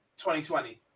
2020